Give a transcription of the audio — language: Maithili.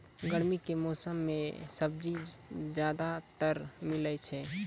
गर्मी के मौसम मं है सब्जी ज्यादातर मिलै छै